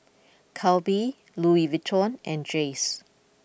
Calbee Louis Vuitton and Jays